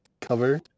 cover